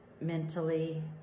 mentally